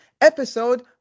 episode